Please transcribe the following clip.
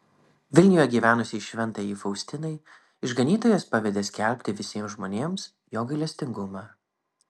vilniuje gyvenusiai šventajai faustinai išganytojas pavedė skelbti visiems žmonėms jo gailestingumą